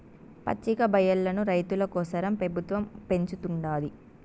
పచ్చికబయల్లను రైతుల కోసరం పెబుత్వం పెంచుతుండాది